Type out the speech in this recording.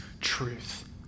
truth